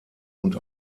und